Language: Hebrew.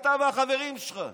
אתה והחברים שלך.